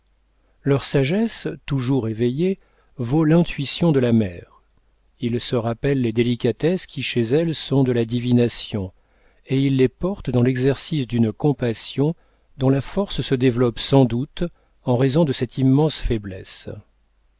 leur sagesse toujours éveillée vaut l'intuition de la mère ils se rappellent les délicatesses qui chez elle sont de la divination et ils les portent dans l'exercice d'une compassion dont la force se développe sans doute en raison de cette immense faiblesse